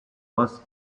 first